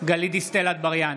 גלית דיסטל אטבריאן,